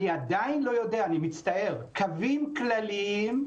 קווים כלליים,